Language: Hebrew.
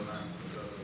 הפרה בנסיבות מחמירות),